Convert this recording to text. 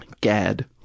GAD